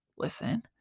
Listen